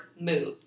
move